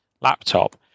laptop